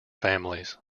families